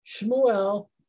Shmuel